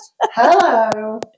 Hello